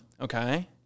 Okay